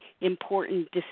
important